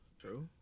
True